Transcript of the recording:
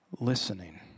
listening